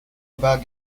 about